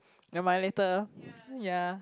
never mind later ya